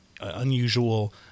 unusual